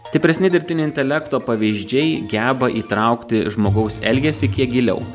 stipresni dirbtinio intelekto pavyzdžiai geba įtraukti žmogaus elgesį kiek giliau